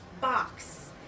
box